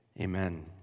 amen